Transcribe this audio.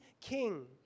king